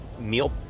meal